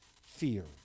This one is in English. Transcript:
fear